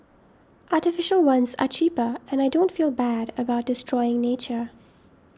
artificial ones are cheaper and I don't feel bad about destroying nature